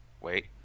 Wait